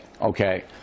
Okay